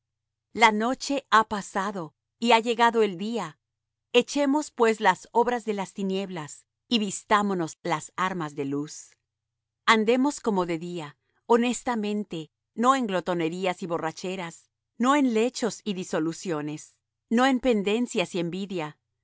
la noche ha pasado y ha llegado el día echemos pues las obras de las tinieblas y vistámonos las armas de luz andemos como de día honestamente no en glotonerías y borracheras no en lechos y disoluciones no en pedencias y envidia